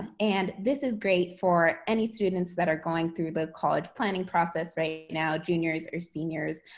and this is great for any students that are going through the college planning process right now, juniors or seniors,